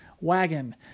wagon